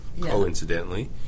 coincidentally